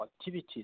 activities